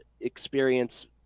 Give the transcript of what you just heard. experience